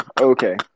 okay